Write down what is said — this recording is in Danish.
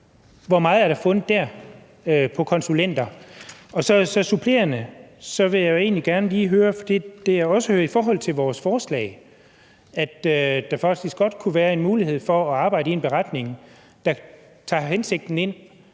Hvor meget er der fundet der på konsulenter? Supplerende vil jeg jo egentlig gerne lige høre i forhold til vores forslag, om der faktisk godt kunne være en mulighed for at arbejde i en beretning, der tager hensigten ind